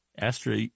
Astra